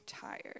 tired